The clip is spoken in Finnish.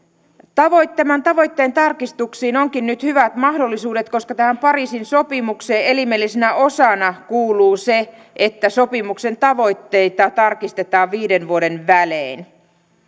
tämän tavoitteen tarkistuksiin onkin nyt hyvät mahdollisuudet koska tähän pariisin sopimukseen elimellisenä osana kuuluu se että sopimuksen tavoitteita tarkistetaan viiden vuoden välein